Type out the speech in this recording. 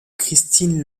christine